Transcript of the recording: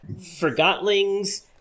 Forgotlings